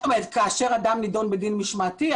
כאשר אדם נדון בדין משמעתי?